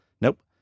nope